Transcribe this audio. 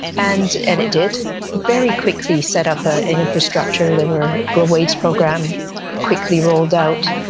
and and it did very quickly set up an infrastructure. there were global aids programs quickly rolled out,